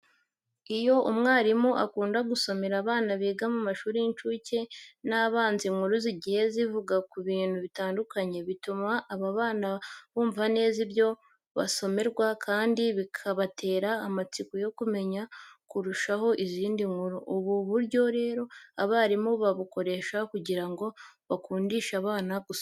Iyo umwarimu akunda gusomera abana biga mu mashuri y'incuke n'abanze inkuru zigiye zivuga ku bintu bitandukanye, bituma aba bana bumva neza ibyo basomerwa kandi bikabatera amatsiko yo kumenya kurushaho izindi nkuru. Ubu buryo rero abarimu babukoresha kugira ngo bakundishe abana gusoma.